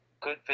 good